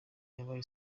yabaye